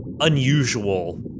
unusual